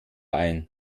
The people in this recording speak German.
ein